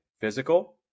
physical